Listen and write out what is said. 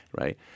right